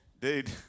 dude